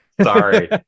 Sorry